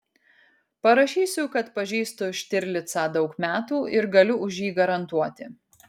parašysiu kad pažįstu štirlicą daug metų ir galiu už jį garantuoti